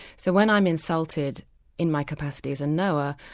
so when i'm insulted in my capacity as a knower,